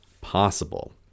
possible